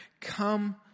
Come